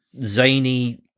zany